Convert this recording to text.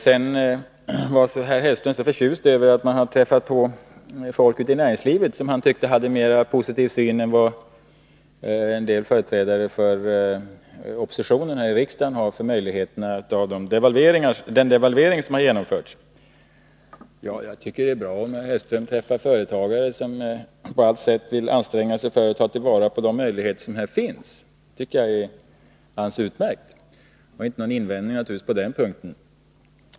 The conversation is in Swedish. Herr Hellström var förtjust över att han har träffat på folk ute i näringslivet som han tyckte hade en mera positiv syn på effekterna av den devalvering som har genomförts än vad en del företrädare för oppositionen här i riksdagen har. Det är bra om herr Hellström träffar företagare som på allt sätt vill anstränga sig för att ta vara på de möjligheter som här finns — det är alldeles utmärkt. Jag hade naturligtvis inte någon invändning på den punkten.